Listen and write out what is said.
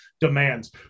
demands